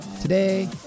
Today